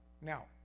Now